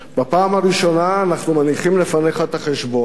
בפעם הראשונה אנחנו מניחים לפניך את החשבון,